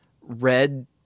red